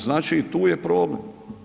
Znači i tu je problem.